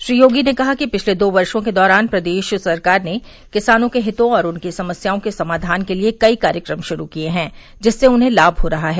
श्री योगी ने कहा कि पिछले दो वर्षो के दौरान प्रदेश सरकार ने किसानों के हितों और उनकी समस्याओं के समाचान के लिये कई कार्यक्रम शुरू किये हैं जिससे उन्हें लाय हो रहा है